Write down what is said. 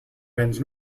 bends